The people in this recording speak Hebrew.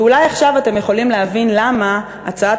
אולי עכשיו אתם יכולים להבין למה הצעת